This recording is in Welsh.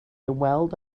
ymweld